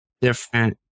different